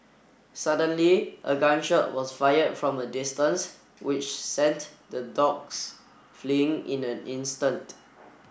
suddenly a gun shot was fired from a distance which sent the dogs fleeing in an instant